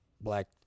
black